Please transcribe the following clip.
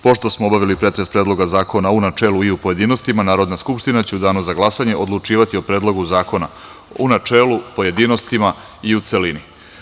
Pošto smo obavili pretres predloga zakona u načelu i u pojedinostima, Narodna skupština će u danu za glasanje odlučivati o Predlogu zakona u načelu, pojedinostima i u celini.